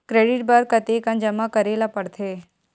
Credit बर कतेकन जमा करे ल पड़थे?